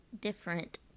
Different